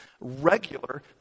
regular